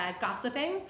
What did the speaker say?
Gossiping